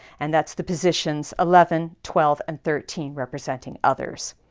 and that's the positions eleven, twelve, and thirteen, representing others.